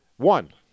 One